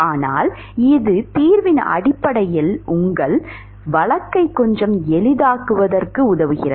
ஆனால் இது தீர்வின் அடிப்படையில் உங்கள் வழக்கை கொஞ்சம் எளிதாக்குகிறது